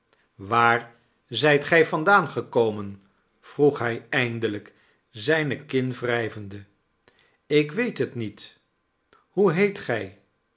waar zijt gij vandaan gekomen vroeg hj eindelijk zijne kin wrijvende ik weet het niet hoe heet gij